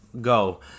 Go